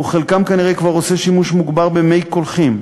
וחלקם כנראה כבר עושים שימוש מוגבר במי קולחין.